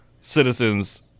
citizens